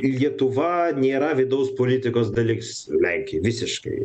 lietuva nėra vidaus politikos dalis lenkijai visiškai